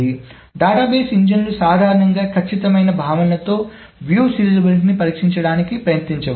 కాబట్టి డేటాబేస్ ఇంజన్లు సాధారణంగా ఖచ్చితమైన భావనలలో వ్యూ సీరియలైజబిలిటీ ని పరీక్షించడానికి ప్రయత్నించవు